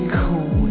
cool